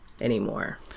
anymore